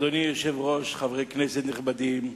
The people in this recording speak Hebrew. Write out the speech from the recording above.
אדוני היושב-ראש, חברי כנסת נכבדים,